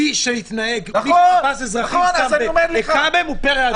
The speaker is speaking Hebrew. מי שתפס אזרחים סתם והיכה בהם הוא פרא אדם.